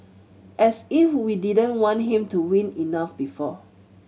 as if we didn't want him to win enough before